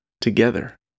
together